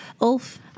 Ulf